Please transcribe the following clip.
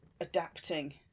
adapting